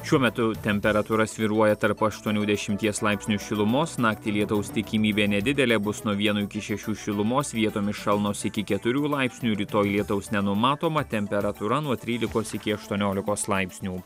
šiuo metu temperatūra svyruoja tarp aštuonių dešimties laipsnių šilumos naktį lietaus tikimybė nedidelė bus nuo vieno iki šešių šilumos vietomis šalnos iki keturių laipsnių rytoj lietaus nenumatoma temperatūra nuo trylikos iki aštuoniolikos laipsnių